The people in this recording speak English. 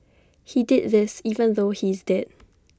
he did this even though he is dead